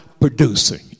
producing